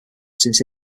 since